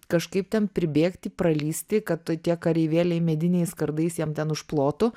kažkaip ten pribėgti pralįsti kad tie kareivėliai mediniais kardais jiem ten už plotų